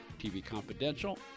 tvconfidential